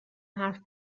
حرف